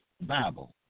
Bible